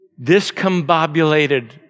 discombobulated